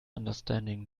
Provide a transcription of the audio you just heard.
understanding